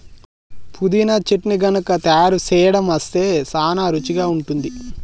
పుదీనా చట్నీ గనుక తయారు సేయడం అస్తే సానా రుచిగా ఉంటుంది